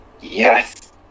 Yes